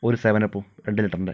ഒരു സെവനപ്പും രണ്ട് ലിറ്ററിന്റെ